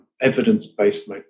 evidence-based